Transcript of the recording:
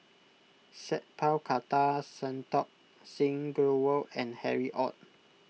Sat Pal Khattar Santokh Singh Grewal and Harry Ord